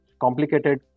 complicated